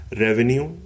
revenue